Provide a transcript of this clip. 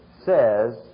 says